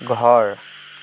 ঘৰ